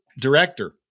director